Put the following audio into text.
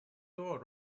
door